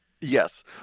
Yes